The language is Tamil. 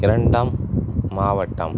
இரண்டாம் மாவட்டம்